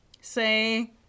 say